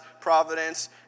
providence